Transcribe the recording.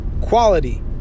Quality